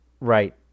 Right